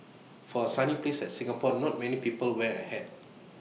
for A sunny places Singapore not many people wear A hat